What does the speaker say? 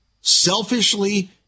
Selfishly